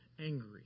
angry